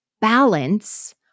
balance